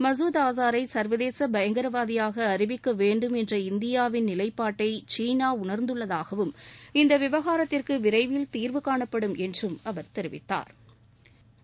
மசூத் அசாரை சர்வதேச பயங்கரவாதியாக அறிவிக்க வேண்டும் என்ற இந்தியாவின் நிலைப்பாட்டை சீனா உணா்ந்துள்ளதாகவும் இந்த விவகாரத்திற்கு விரைவில் தீர்வு காணப்படும் என்றும் அவா் தெரிவித்தாா்